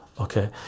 okay